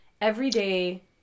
everyday